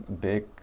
big